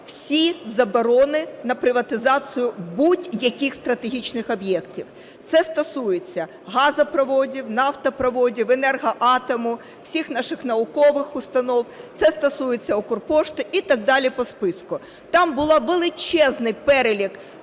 всі заборони на приватизацію будь-яких стратегічних об'єктів. Це стосується газопроводів, нафтопроводів, "Енергоатому", всіх наших наукових установ, це стосується "Укрпошти" і так далі по списку. Там був величезний перелік